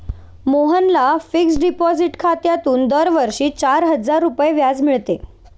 मोहनला fixed deposit खात्यातून दरवर्षी चार हजार रुपये व्याज मिळते